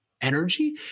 energy